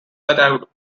that